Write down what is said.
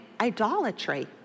idolatry